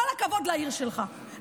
כל הכבוד לעיר שלך,